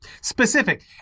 specific